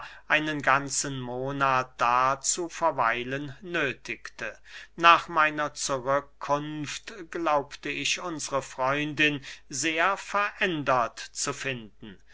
einen ganzen monat da zu verweilen nöthigte nach meiner zurückkunft glaubte ich unsre freundin sehr verändert zu finden